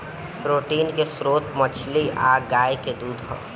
protein के स्त्रोत मछली आ गाय के दूध ह